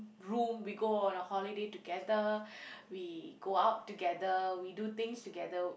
room we go on a holiday together we go out together we do things together